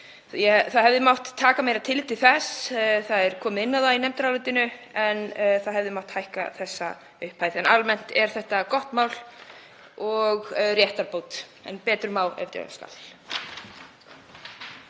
Það hefði mátt taka meira tillit til þess. Komið er inn á það í nefndarálitinu en það hefði mátt hækka þessa upphæð. Almennt er þetta gott mál og réttarbót en betur má ef duga skal.